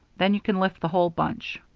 then you can lift the whole bunch.